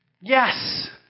Yes